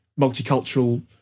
multicultural